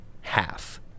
half